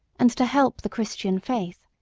and to help the christian faith.